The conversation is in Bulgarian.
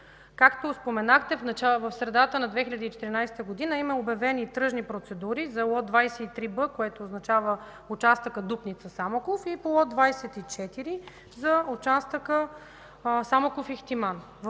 Както споменахте в средата на 2014 г. има обявени тръжни процедури за лот 23б, който е участъка Дупница – Самоков, и по лот 24 за участъка Самоков – Ихтиман.